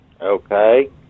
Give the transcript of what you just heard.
Okay